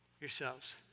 yourselves